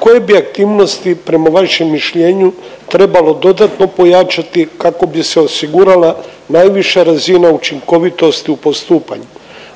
koje bi aktivnosti prema vašem mišljenju trebalo dodatno pojačati kako bi se osigurala najviša razina učinkovitosti u postupanju?